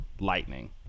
lightning